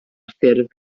ffurf